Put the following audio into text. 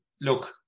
look